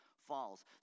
falls